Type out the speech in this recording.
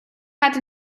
hat